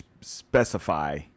specify